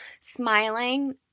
Smiling